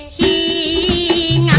e